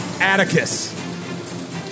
Atticus